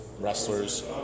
wrestlers